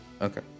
Okay